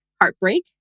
heartbreak